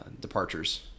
departures